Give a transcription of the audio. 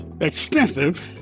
extensive